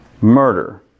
murder